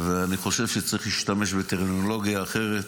ואני חושב שצריך להשתמש בטרמינולוגיה אחרת,